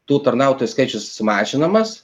tų tarnautojų skaičius sumažinamas